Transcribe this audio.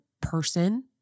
person